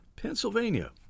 Pennsylvania